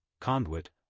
conduit